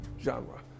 genre